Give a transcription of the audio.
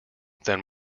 than